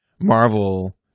Marvel